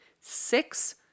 six